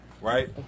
right